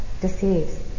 deceives